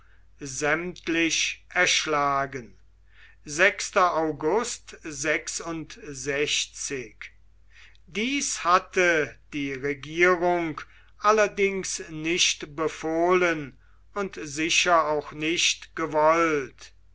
dies hatte die regierung allerdings nicht befohlen und sicher auch nicht gewollt